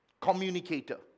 Communicator